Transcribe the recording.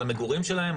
על המגורים שלהם,